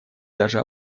даже